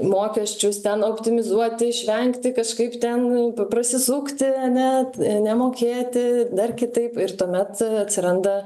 mokesčius ten optimizuoti išvengti kažkaip ten prasisukti ane nemokėti dar kitaip ir tuomet atsiranda